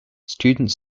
students